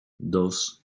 dos